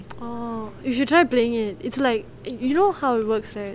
orh you should try playing it it's like you know how it works right